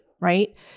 right